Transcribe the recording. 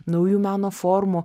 naujų meno formų